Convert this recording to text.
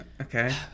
okay